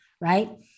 right